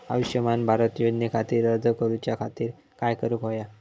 आयुष्यमान भारत योजने खातिर अर्ज करूच्या खातिर काय करुक होया?